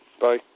Bye